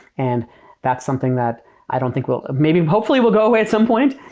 and that's something that i don't think will maybe hopefully will go away at some point,